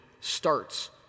starts